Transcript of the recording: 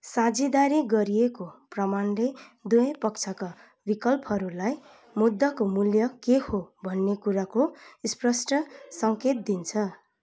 साझेदारी गरिएको प्रमाणले दुबै पक्षका विक्लपहरूलाई मुद्दाको मूल्य के हो भन्ने कुराको स्पष्ट सङ्केत दिन्छ